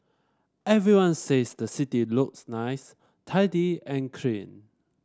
everyone says the city looks nice tidy and clean